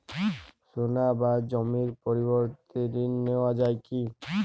সোনা বা জমির পরিবর্তে ঋণ নেওয়া যায় কী?